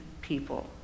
people